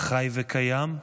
חי וקיים,